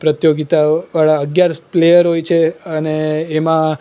પ્રતિયોગિતાવાળા અગિયાર પ્લેયર હોય છે અને એમાં